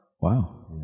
Wow